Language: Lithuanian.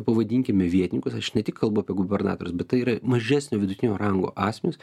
pavadinkime vietininkus aš ne tik kalbu apie gubernatorius bet tai yra mažesnio vidutinio rango asmenys